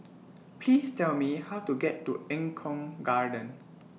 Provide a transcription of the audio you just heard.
Please Tell Me How to get to Eng Kong Garden